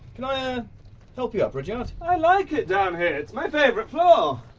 can i help you up, rudyard? i like it down here it's my favourite floor.